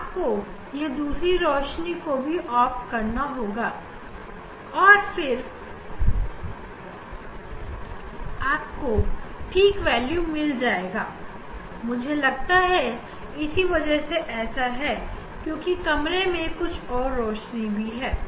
आपको यह दूसरी रोशनी को ऑफ करना होगा ठीक है फिर आपको 0 वैल्यू मिल जाएगा मुझे लगता है इसी वजह से ऐसा है क्योंकि कमरे में कुछ और भी रोशनी है